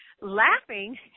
laughing